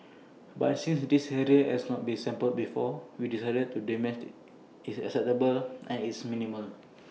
but since this area has not been sampled before we decided the damage is acceptable and it's minimal